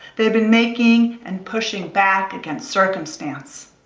they've been making and pushing back against circumstance.